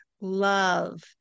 love